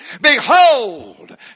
Behold